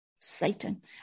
Satan